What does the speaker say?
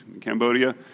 Cambodia